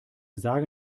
sage